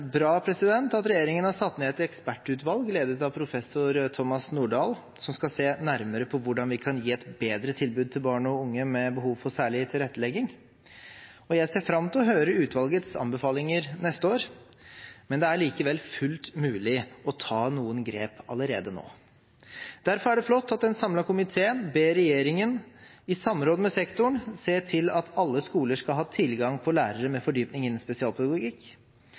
bra at regjeringen har satt ned et ekspertutvalg, ledet av professor Thomas Nordahl, som skal se nærmere på hvordan vi kan gi et bedre tilbud til barn og unge med behov for særlig tilrettelegging. Jeg ser fram til å høre utvalgets anbefalinger neste år, men det er likevel fullt mulig å ta noen grep allerede nå. Derfor er det flott at en samlet komité ber regjeringen, i samråd med sektoren, se til at alle skoler skal ha tilgang på lærere med fordypning innen spesialpedagogikk.